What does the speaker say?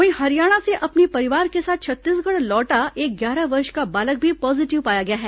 वहीं हरियाणा से अपने परिवार के साथ छत्तीसगढ़ लौटा एक ग्यारह वर्ष का बालक भी पॉजीटिव पाया गया है